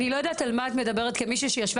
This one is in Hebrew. אני לא יודעת על מה את מדברת כמישהי שישבה,